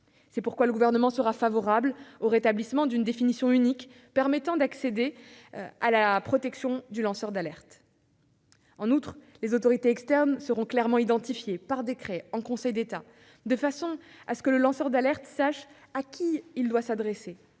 externes. Nous serons donc favorables au rétablissement d'une définition unique permettant d'accéder à la protection du lanceur d'alerte. En outre, les autorités externes seront clairement identifiées par décret en Conseil d'État, de façon à ce que le lanceur d'alerte sache à qui s'adresser.